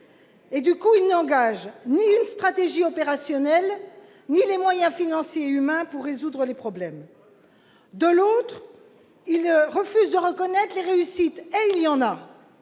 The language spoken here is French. conséquent, il n'engage ni stratégie opérationnelle ni moyens financiers et humains pour résoudre les problèmes. De l'autre, il refuse de reconnaître les réussites- il y en a !